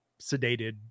sedated